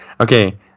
Okay